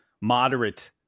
moderate